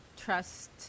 trust